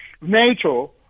NATO